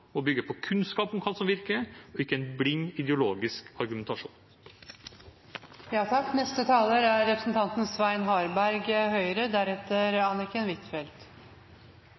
må bygge på kunnskap om hva som virker – ikke på en blind, ideologisk